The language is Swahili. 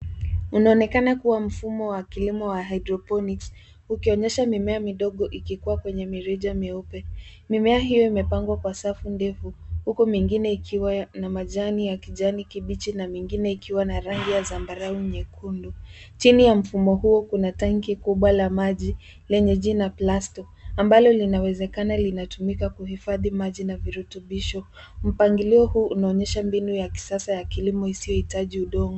Unaonekana kuwa mfumo wa kilimo wa hydroponics ukionyesha mimea midogo ikikuwa kwenye mirija meupe, mimea hio imepangwa kwa safu ndefu uko mengi ikiwa na majani ya kijani kibichi na mengine ikiwa na rangi ya sambarau nyekundu, jini ya mfumo huo kuna tanki kubwa la maji enye jina plastic , ambalo linawezekana linatumika kuhifadhi maji na vurutubisho, mpangilio huu unaonyesha mbinu ya kisasa ya kilimo usioitaji udongo.